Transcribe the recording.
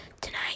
Tonight